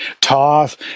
Toth